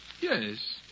Yes